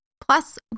plus